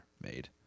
made